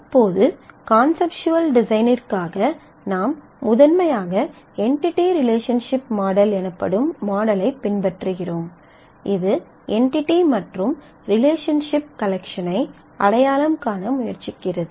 இப்போது கான்செப்ட்வல் டிசைனிற்காக நாம் முதன்மையாக என்டிடி ரிலேஷன்சிப் மாடல் எனப்படும் மாடலலைப் பின்பற்றுகிறோம் இது என்டிடி மற்றும் ரிலேஷன்சிப் கலெக்ஷன் ஐ அடையாளம் காண முயற்சிக்கிறது